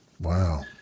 Wow